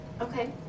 Okay